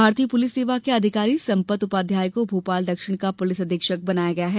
भारतीय पुलिस सेवा के अधिकारी संपत उपाध्याय को भोपाल दक्षिण का पुलिस अधीक्षक बनाया गया है